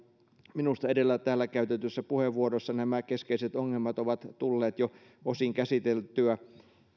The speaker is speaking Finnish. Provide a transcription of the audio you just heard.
minusta täällä edellä käytetyissä puheenvuoroissa nämä keskeiset ongelmat ovat tulleet jo osin käsiteltyä